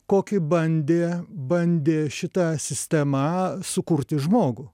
kokį bandė bandė šita sistema sukurti žmogų